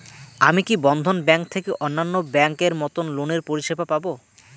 আমি কি বন্ধন ব্যাংক থেকে অন্যান্য ব্যাংক এর মতন লোনের পরিসেবা পাব?